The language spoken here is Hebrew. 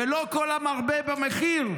ולא כל המרבה במחיר,